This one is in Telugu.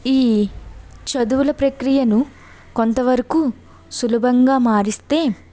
ఈ చదువుల ప్రక్రియను కొంతవరకు సులభంగా మారిస్తే